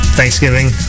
thanksgiving